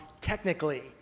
technically